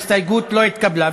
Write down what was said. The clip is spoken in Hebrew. ההסתייגות לא התקבלה.